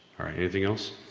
alright, anything else?